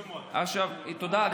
תודה.